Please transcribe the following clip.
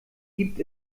gibt